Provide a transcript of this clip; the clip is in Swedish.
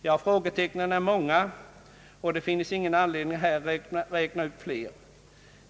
Ja, frågetecknen är många, och det finns ingen anledning att här räkna upp fler.